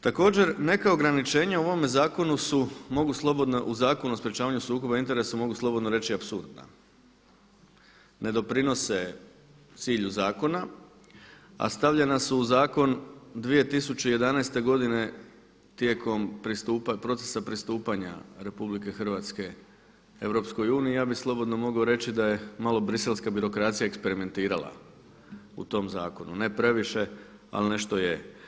Također neka ograničenja u ovome zakonu su, mogu slobodno, u Zakonu o sprječavanju sukoba interesa mogu slobodno reći apsurdna, ne doprinose cilju zakona a stavljena su u Zakon 2011. godine tijekom procesa pristupanja RH Europskoj uniji i ja bi slobodno mogao reći da je malo briselska birokracija eksperimentirala u tome zakonu, ne previše ali nešto je.